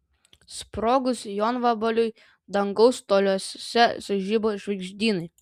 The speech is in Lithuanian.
sprogus jonvabaliui dangaus toliuose sužibo žvaigždynai